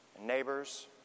neighbors